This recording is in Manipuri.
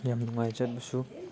ꯌꯥꯝ ꯅꯨꯡꯉꯥꯏ ꯆꯠꯂꯁꯨ